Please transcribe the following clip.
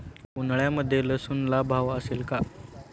उन्हाळ्यामध्ये लसूणला भाव असेल का?